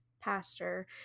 pastor